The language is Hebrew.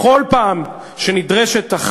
מציאות שהופכת את הפלסטינים לסרבני שלום סדרתיים,